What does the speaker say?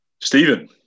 Stephen